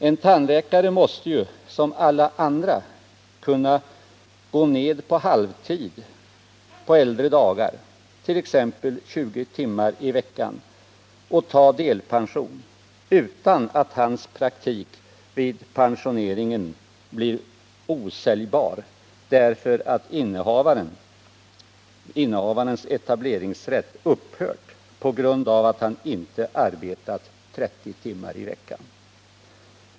En tandläkare måste ju som alla andra kunna få arbeta på halvtid, t.ex. 20 timmar i veckan, på äldre dagar och ta delpension, utan att hans praktik vid pensioneringen blir osäljbar därför att hans etableringsrätt upphör på grund av att han inte arbetat 30 timmar i veckan.